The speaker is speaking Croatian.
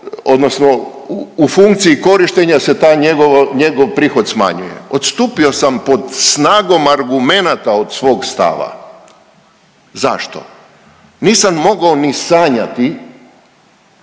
odnosno u funkciji korištenja se taj njegov prihod smanjuje. Odstupio sam pod snagom argumenata od svog stava. Zašto? Nisam mogao ni sanjati